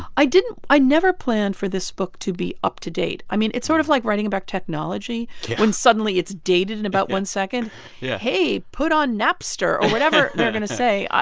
i didn't i never planned for this book to be up-to-date. i mean, it's sort of like writing about technology when suddenly it's dated in about one second yeah hey, put on napster or whatever you're going to say.